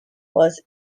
was